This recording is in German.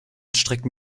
strecken